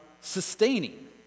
sustaining